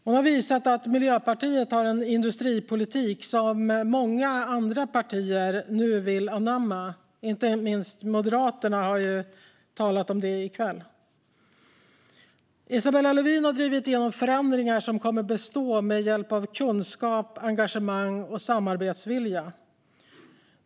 Hon har visat att Miljöpartiet har en industripolitik som många andra partier nu vill anamma - inte minst Moderaterna har talat om det i kväll. Isabella Lövin har drivit igenom förändringar som kommer att bestå med hjälp av kunskap, engagemang och samarbetsvilja.